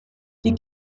die